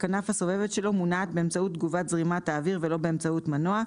הכנף הסובבת שלו מונעת באמצעות תגובת זרימת האוויר ולא באמצעות מנוע,